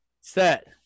set